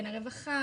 בין הרווחה,